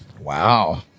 Wow